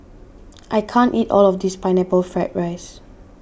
I can't eat all of this Pineapple Fried Rice